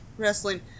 wrestling